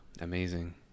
Amazing